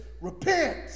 Repent